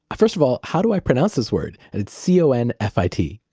first of all, how do i pronounce this word? it's c o n f i t